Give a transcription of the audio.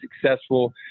successful